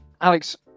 Alex